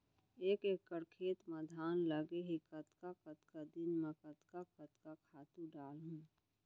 एक एकड़ खेत म धान लगे हे कतका कतका दिन म कतका कतका खातू डालहुँ?